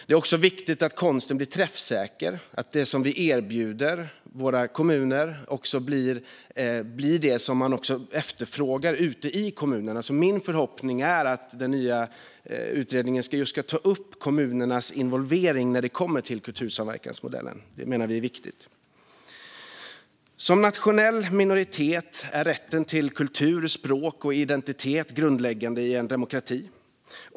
Det är också viktigt att konsten blir träffsäker, och att det som kommunerna erbjuds blir det de efterfrågar. Min förhoppning är att den nya utredningen ska ta upp kommunernas involvering i kultursamverkansmodellen. Det menar vi sverigedemokrater är viktigt. För nationella minoriteter är rätten till kultur, språk och identitet grundläggande i en demokrati.